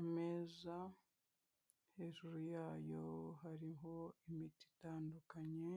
Ameza hejuru yayo hariho imiti itandukanye,